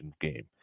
game